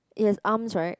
it has arms right